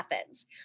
Athens